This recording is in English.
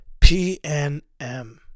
PNM